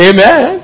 Amen